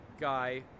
guy